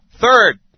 third